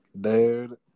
Dude